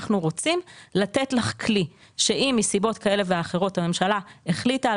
אנחנו רוצים לתת לך כלי שאם מסיבות כאלה ואחרות הממשלה החליטה על